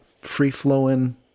free-flowing